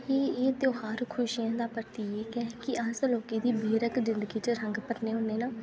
एह् त्योहार खुशियें दा प्रतीक ऐ की अस लोकें दी बेरंगी की जिंदगी च रंग भरनें न